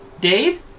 Dave